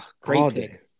Great